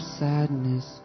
sadness